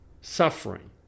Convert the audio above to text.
suffering